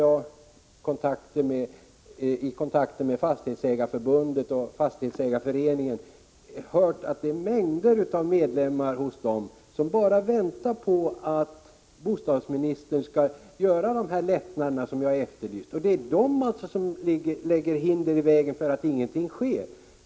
Jag har i kontakter med Fastighetsägareförbundet och Fastighetsägareföreningen hört att mängder av deras medlemmar bara väntar på att bostadsministern skall ge de lättnader jag efterlyste. Det är i väntan på detta som ingenting sker.